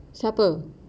siapa